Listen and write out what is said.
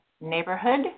neighborhood